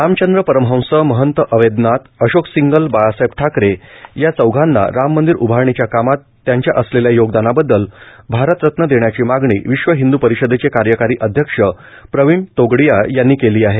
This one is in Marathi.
रामचंद्र परमहंस महंत अवैधनाथ अशोक सिंघल बाळासाहेब ठाकरे या चौघांना राम मंदिर उभारणीच्या कामात त्यांच्या असलेल्या योगदानाबददल भारतरत्न देण्याची मागणी विश्व हिंदू परिषदेचे कार्यकारी अध्यक्ष प्रवीण तोगडिया यांनी केलीआहे आहे